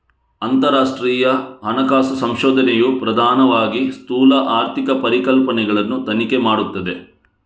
ಅಂತರರಾಷ್ಟ್ರೀಯ ಹಣಕಾಸು ಸಂಶೋಧನೆಯು ಪ್ರಧಾನವಾಗಿ ಸ್ಥೂಲ ಆರ್ಥಿಕ ಪರಿಕಲ್ಪನೆಗಳನ್ನು ತನಿಖೆ ಮಾಡುತ್ತದೆ